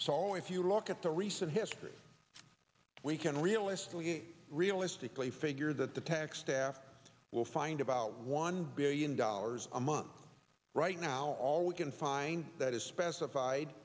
so if you look at the recent history we can realistically realistically figure that the tax staff will find about one billion dollars a month right now all we can find that is specified